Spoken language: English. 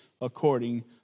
according